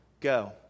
go